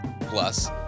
plus